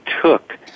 took